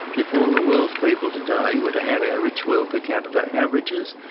if all the world's people today were to have our rich world per capita averages,